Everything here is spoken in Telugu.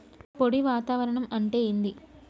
పొడి వాతావరణం అంటే ఏంది?